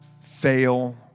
fail